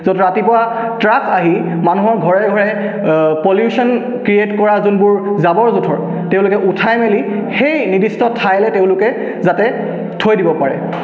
য'ত ৰাতিপুৱা ট্ৰাক আহি মানুহৰ ঘৰে ঘৰে পলিউশ্যন ক্ৰিয়েট কৰা যোনবোৰ জাবৰ জোঁথৰ তেওঁলোকে উঠাই মেলি সেই নিৰ্দিষ্ট ঠাইলৈ তেওঁলোকে যাতে থৈ দিব পাৰে